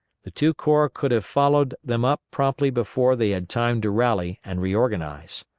the two corps could have followed them up promptly before they had time to rally and reorganize.